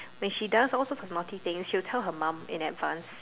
when she does all sorts of naughty things she will tell her mum in advance